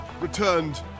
returned